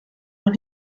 noch